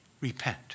repent